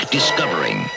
Discovering